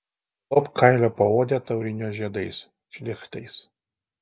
galop kailio paodę taurino žiedais šlichtais